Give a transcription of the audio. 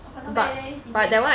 !wah! not bad leh really